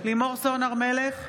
לימור סון הר מלך,